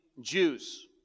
Jews